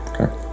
Okay